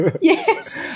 Yes